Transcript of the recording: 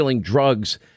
drugs